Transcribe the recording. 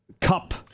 Cup